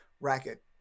Racket